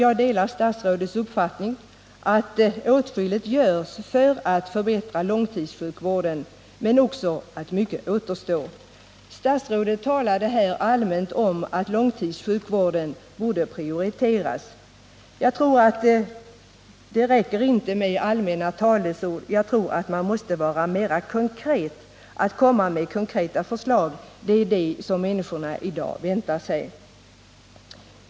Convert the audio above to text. Jag delar statsrådets uppfattning att åtskilligt görs för att förbättra långtidssjukvården men att mycket också återstår. Statsrådet talade allmänt om att långtidssjukvården borde prioriteras. Jag tror inte att det räcker med allmänt tal, utan man måste komma med konkreta förslag — det är det som människorna i dag förväntar sig.